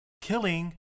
killing